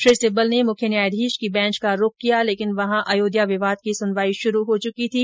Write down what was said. श्री सिब्बल ने मुख्य न्यायाधीश की बेंच का रुख किया लेकिन वहां अयोध्या विवाद की सुनवाई शुरू हो चुकी थी